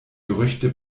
gerüchte